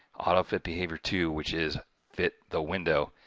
autofit behavior two which is fit the window.